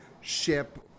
ship